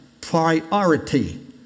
Priority